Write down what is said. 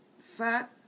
fat